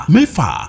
Mefa